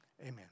Amen